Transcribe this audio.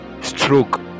stroke